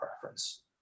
preference